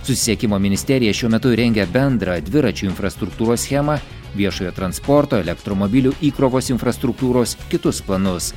susisiekimo ministerija šiuo metu rengia bendrą dviračių infrastruktūros schemą viešojo transporto elektromobilių įkrovos infrastruktūros kitus planus